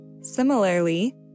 Similarly